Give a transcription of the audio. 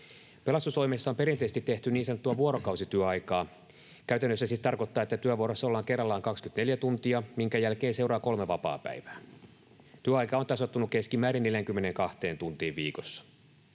Pelastustoimessa on perinteisesti tehty niin sanottua vuorokausityöaikaa. Käytännössä se siis tarkoittaa, että työvuorossa ollaan kerrallaan 24 tuntia, minkä jälkeen seuraa kolme vapaapäivää. Työaika on tasoittunut keskimäärin 42 tuntiin viikossa.